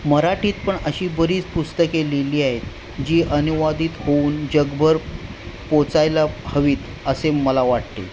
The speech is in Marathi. मराठीत पण अशी बरीच पुस्तके लिहिली आहेत जी अनुवादित होऊन जगभर पोचायला हवीत असे मला वाटते